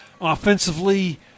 offensively